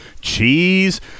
cheese